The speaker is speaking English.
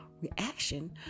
reaction